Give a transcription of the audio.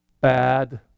bad